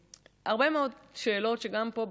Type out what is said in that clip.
הרבה מאוד שאלות שגם פה בכנסת,